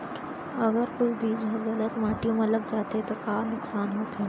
अगर कोई बीज ह गलत माटी म लग जाथे त का नुकसान होथे?